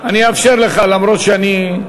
אני אאפשר לך, אף-על-פי שאני,